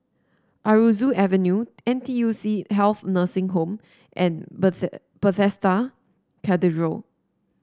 Aroozoo Avenue N T U C Health Nursing Home and Bethe Bethesda Cathedral